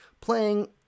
playing